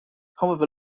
however